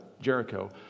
Jericho